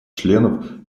членов